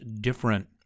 different